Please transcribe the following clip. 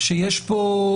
- שיש פה,